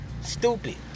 Stupid